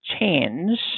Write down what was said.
change